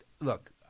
look